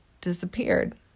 disappeared